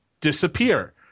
disappear